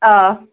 آ